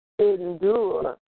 endure